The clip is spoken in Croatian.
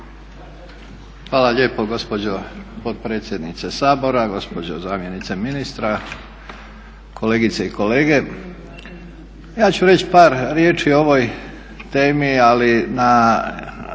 Hvala lijepa gospođo potpredsjednice Sabora, gospođo zamjenice ministra, kolegice i kolege. Ja ću reći par riječi o ovoj temi ali na